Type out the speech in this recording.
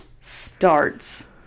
starts